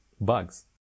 bugs